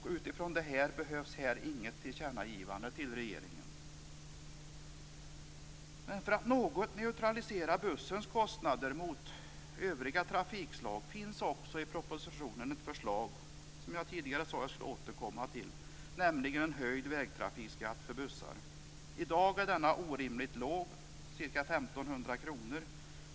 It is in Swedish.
Utifrån detta behövs här inget tillkännagivande till regeringen. För att något neutralisera bussens kostnader gentemot övriga trafikslag finns också i propositionen ett förslag som jag tidigare sade att jag skulle återkomma till, nämligen en höjd vägtrafikskatt för bussar. I dag är denna skatt orimligt låg, ca 1 500 kronor.